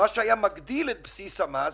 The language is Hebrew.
מה עושים בנושא של המגורים.